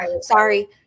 sorry